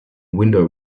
window